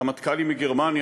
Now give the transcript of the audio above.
רמטכ"לים מגרמניה,